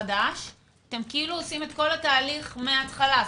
חדש אתם עושים את כל התהליך מההתחלה,